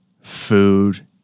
food